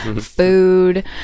food